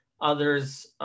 Others